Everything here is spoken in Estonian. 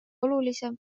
olulisem